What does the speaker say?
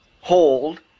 hold